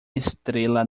estrela